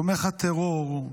תומך הטרור,